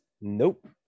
Nope